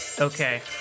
Okay